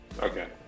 Okay